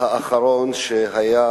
האחרון שהיה